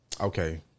okay